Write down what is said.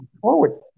forward